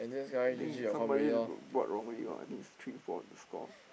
I think somebody b~ bought wrongly I think is three four the score